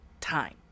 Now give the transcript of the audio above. time